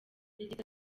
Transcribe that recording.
yagize